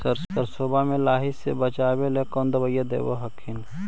सरसोबा मे लाहि से बाचबे ले कौन दबइया दे हखिन?